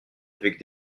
avec